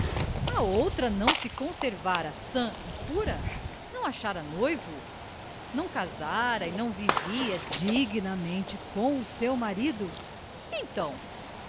a outra não se conservara sã e pura não achara noivo não casara e não vivia dignamente com o seu marido então